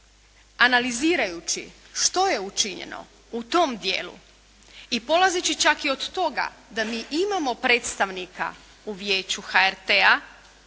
analizirajući što je učinjeno u tom dijelu i polazeći čak i od toga da mi imamo predstavnika u Vijeću HRT-a